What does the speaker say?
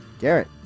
Garrett